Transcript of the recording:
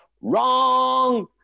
WRONG